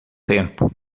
tempo